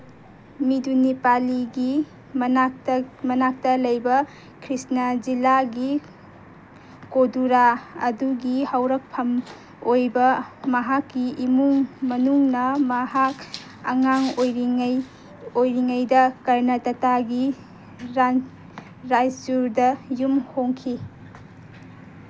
ꯃꯤꯗꯨ ꯅꯦꯄꯥꯂꯤꯒꯤ ꯃꯅꯥꯛꯇ ꯂꯩꯕ ꯈ꯭ꯔꯤꯁꯅ ꯖꯤꯂꯥꯒꯤ ꯀꯣꯗꯨꯔꯥ ꯑꯗꯨꯒꯤ ꯍꯧꯔꯛꯐꯝ ꯑꯣꯏꯕ ꯃꯍꯥꯛꯀꯤ ꯏꯃꯨꯡ ꯃꯅꯨꯡꯅ ꯃꯍꯥꯛ ꯑꯉꯥꯡ ꯑꯣꯏꯔꯤꯉꯩꯗ ꯀꯔꯅꯇꯇꯥꯒꯤ ꯔꯥꯏꯆꯨꯔꯗ ꯌꯨꯝ ꯍꯣꯡꯈꯤ